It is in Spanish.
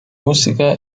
música